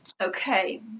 Okay